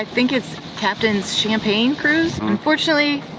think it's captain's champagne cruise. and unfortunately,